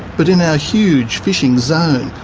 but in our huge fishing zone,